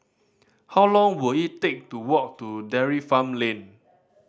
how long will it take to walk to Dairy Farm Lane